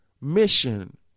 mission